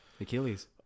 Achilles